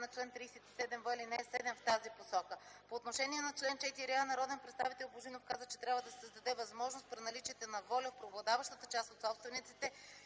на чл. 37в, ал. 7 в тази посока. По отношение на чл. 4а, народния представител Божинов каза, че трябва да се създаде възможност, при наличието на воля в преобладаваща част от собствениците,